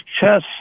chess